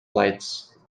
lights